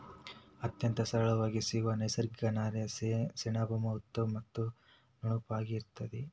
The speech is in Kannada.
ಅತ್ಯಂತ ಸರಳಾಗಿ ಸಿಗು ನೈಸರ್ಗಿಕ ನಾರೇ ಸೆಣಬು ಉದ್ದ ಮತ್ತ ನುಣುಪಾಗಿ ಇರತತಿ